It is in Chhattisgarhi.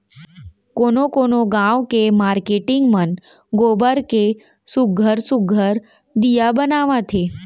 कोनो कोनो गाँव के मारकेटिंग मन गोबर के सुग्घर सुघ्घर दीया बनावत हे